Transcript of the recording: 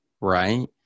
Right